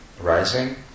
rising